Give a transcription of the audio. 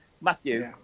Matthew